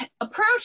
approach